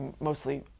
mostly